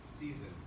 season